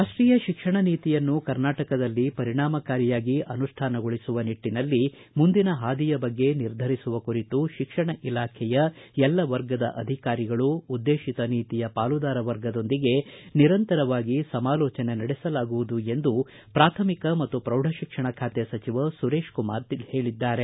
ರಾಷ್ಟೀಯ ಶಿಕ್ಷಣ ನೀತಿಯನ್ನು ಕರ್ನಾಟಕದಲ್ಲಿ ಪರಿಣಾಮಕಾರಿಯಾಗಿ ಅನುಷ್ಠಾನಗೊಳಿಸುವ ನಿಟ್ಟನಲ್ಲಿ ಮುಂದಿನ ಹಾದಿಯ ಬಗ್ಗೆ ನಿರ್ಧರಿಸುವ ಕುರಿತು ಶಿಕ್ಷಣ ಇಲಾಖೆಯ ಎಲ್ಲ ವರ್ಗದ ಅಧಿಕಾರಿಗಳು ಉದ್ದೇಶಿತ ನೀತಿಯ ಪಾಲುದಾರ ವರ್ಗದೊಂದಿಗೆ ನಿರಂತರವಾಗಿ ಸಮಾಲೋಚನೆ ನಡೆಸಲಾಗುವುದು ಎಂದು ಪ್ರಾಥಮಿಕ ಮತ್ತು ಪ್ರೌಢ ಶಿಕ್ಷಣ ಖಾತೆ ಸಚಿವ ಸುರೇಶ್ಕುಮಾರ್ ಹೇಳಿದ್ದಾರೆ